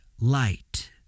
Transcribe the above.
light